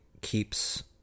keeps